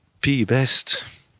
P-Best